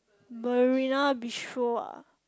Marina-Bistro ah